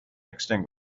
extinguished